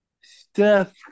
Steph